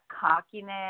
cockiness